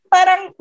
Parang